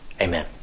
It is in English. amen